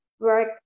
work